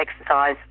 exercise